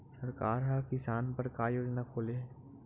सरकार ह किसान बर का योजना खोले हे?